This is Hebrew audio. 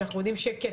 אפילו "יד שרה".